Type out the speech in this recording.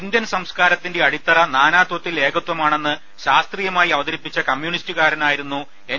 Indian സംസ്കാരത്തിന്റെ അടിത്തറ നാനാത്വത്തിൽ ഏകത്വമാണെന്ന് ശാസത്രീയമായി അവതരിപ്പിച്ച കമ്മ്യുണിസ്റ്റുകാരനായിരുന്നു എൻ